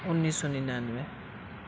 انیس سو ننانوے